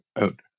out